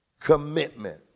commitment